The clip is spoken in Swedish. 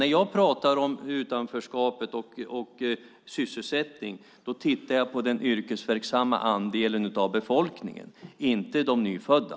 När jag pratar om utanförskapet och sysselsättningen tittar jag på den yrkesverksamma andelen av befolkningen, inte de nyfödda.